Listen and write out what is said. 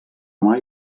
mai